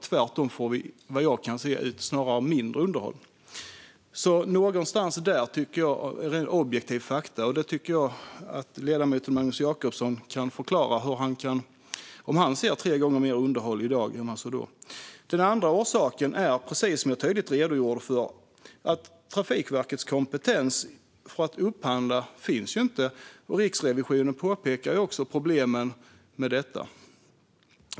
Tvärtom får vi, såvitt jag kan se, snarare ut mindre underhåll. Det är objektiva fakta. Jag tycker att ledamoten Magnus Jacobsson kan förklara om han ser tre gånger mer underhåll i dag än var det var då. Den andra orsaken är, precis som jag tydligt redogjorde för, att Trafikverkets kompetens att upphandla inte finns. Riksrevisionen påpekar också problemen med detta.